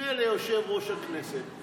יפנה ליושב-ראש הכנסת,